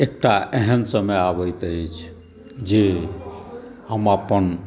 एकटा एहन समय अबैत अछि जे हम अपन